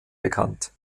bekannt